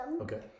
Okay